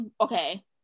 okay